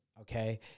okay